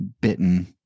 bitten